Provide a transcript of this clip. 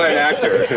ah actor.